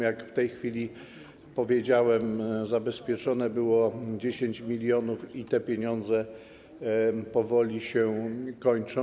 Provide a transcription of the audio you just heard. Jak przed chwilą powiedziałem, zabezpieczone było 10 mln zł i te pieniądze powoli się kończą.